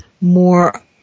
more